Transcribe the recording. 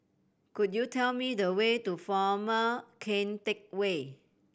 could you tell me the way to Former Keng Teck Whay